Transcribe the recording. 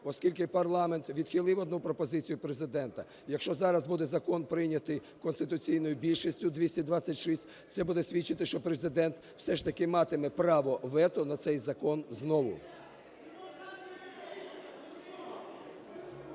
оскільки парламент відхилив 1 пропозицію Президента. Якщо зараз буде закон прийнятий конституційною більшістю – 226, це буде свідчити, що Президент все ж таки матиме право вето на цей закон знову.